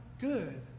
good